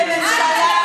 זכויות?